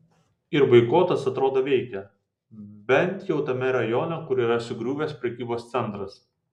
ir boikotas atrodo veikia bent jau tame rajone kur yra sugriuvęs prekybos centras